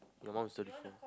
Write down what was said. your mom's thirty four